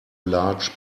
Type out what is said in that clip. large